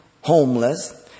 homeless